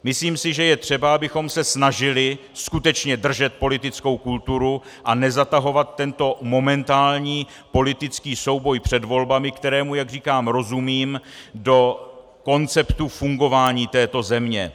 Myslím si, že je třeba, abychom se snažili skutečně držet politickou kulturu a nezatahovat tento momentální politický souboj před volbami, kterému, jak říkám, rozumím, do konceptu fungování této země.